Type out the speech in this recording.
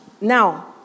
Now